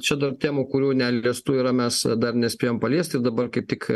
čia dar temų kurių neliestų yra mes dar nespėjom paliesti dabar kaip tik